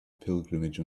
pilgrimage